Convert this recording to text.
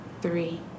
three